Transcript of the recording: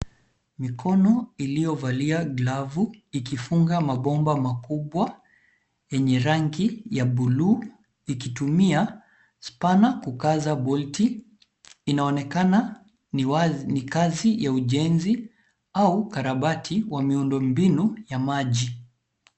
Mikono iliyovalia glavu, ikifunga mabomba makubwa yenye rangi ya buluu ikitumia spana kukaza bolti inaonekana ni kazi ya ujenzi au ukarabati wa miundo mbinu wa maji.